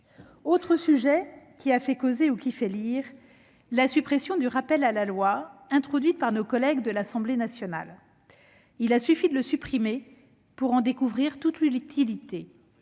Autre sujet qui a fait causer ou qui fait lire : la suppression du rappel à la loi introduite par nos collègues de l'Assemblée nationale. Il a suffi de le supprimer pour en découvrir toute l'utilité